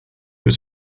was